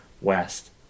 west